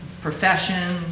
professions